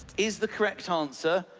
is the correct answer,